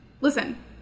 Listen